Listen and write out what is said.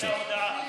אבל יש שני נוסחים,